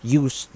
use